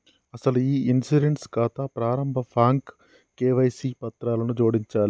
అసలు ఈ ఇన్సూరెన్స్ ఖాతా ప్రారంభ ఫాంకు కేవైసీ పత్రాలను జోడించాలి